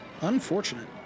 Unfortunate